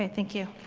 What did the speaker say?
thank you.